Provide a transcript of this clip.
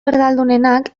erdaldunenak